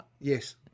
Yes